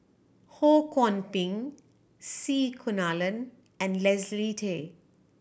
Ho Kwon Ping C Kunalan and Leslie Tay